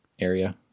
area